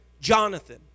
Jonathan